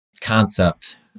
concept